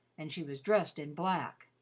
and she was dressed in black.